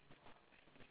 okay